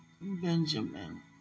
Benjamin